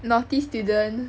naughty student